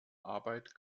arbeit